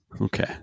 Okay